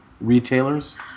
Retailers